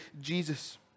Jesus